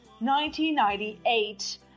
1998